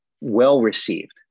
well-received